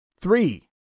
three